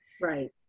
Right